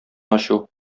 ачу